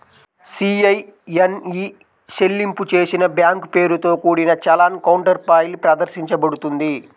CIN e చెల్లింపు చేసిన bank పేరుతో కూడిన చలాన్ కౌంటర్ఫాయిల్ ప్రదర్శించబడుతుంది